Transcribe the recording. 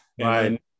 right